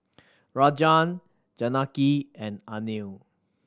Rajan Janaki and Anil